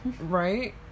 Right